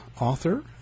author